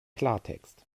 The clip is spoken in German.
klartext